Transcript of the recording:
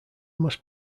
must